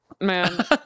man